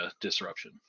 disruption